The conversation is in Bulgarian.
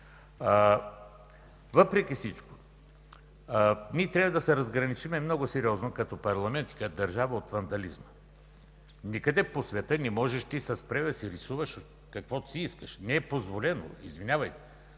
Въпреки всичко ние трябва да се разграничим много сериозно като парламент и като държава от вандализма. Никъде по света не можеш да рисуваш със спрей каквото си искаш, не е позволено, извинявайте.